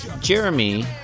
Jeremy